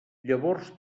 llavors